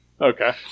Okay